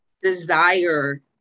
desire